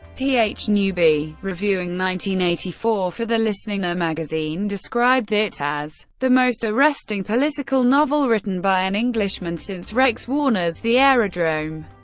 p. h. newby, reviewing nineteen eighty-four for the listener magazine, described it as the most arresting political novel written by an englishman since rex warner's the aerodrome.